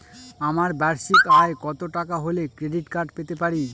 আমার বার্ষিক আয় কত টাকা হলে ক্রেডিট কার্ড পেতে পারি?